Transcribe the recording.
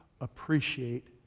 appreciate